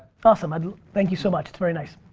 awesome, ah thank you so much, that's very nice.